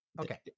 Okay